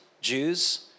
Jews